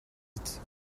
vite